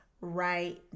right